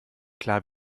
klar